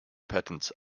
patents